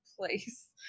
place